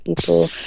people